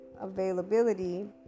availability